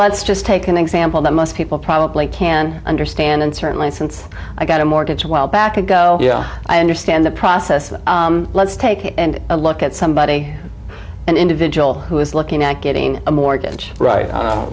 let's just take an example that most people probably can understand and certainly since i got a mortgage a while back ago i understand the process let's take a look at somebody an individual who is looking at getting a mortgage right o